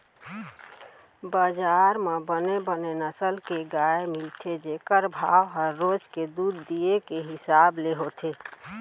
बजार म बने बने नसल के गाय मिलथे जेकर भाव ह रोज के दूद दिये के हिसाब ले होथे